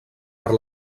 per